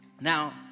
Now